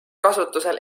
kasutusel